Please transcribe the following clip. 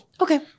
Okay